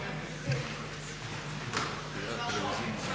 Hvala vam